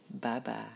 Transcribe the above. Bye-bye